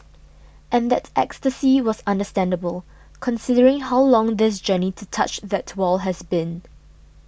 and that ecstasy was understandable considering how long this journey to touch that wall has been